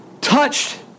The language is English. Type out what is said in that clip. touched